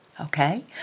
Okay